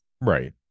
Right